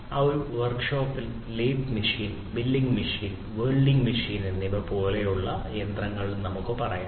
അതിനാൽ ഒരു വർക്ക്ഷോപ്പിലെ ലേത്ത് മെഷീൻ എന്നിവ പോലുള്ള യന്ത്രങ്ങൾ നമുക്ക് പറയാം